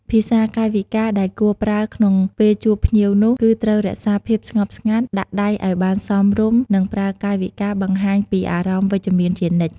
ភាសាកាយវិការដែលគួរប្រើក្នុងពេលជួបភ្ញៀវនោះ គឺត្រូវរក្សាភាពស្ងប់ស្ងាត់ ដាក់ដៃឲ្យបានសមរម្យ និងប្រើកាយវិការបង្ហាញពីអារម្មណ៍វិជ្ជមានជានិច្ច។